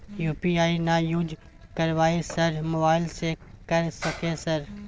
UPI ना use करवाएं sir mobile से कर सके सर?